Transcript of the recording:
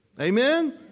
Amen